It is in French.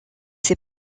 ses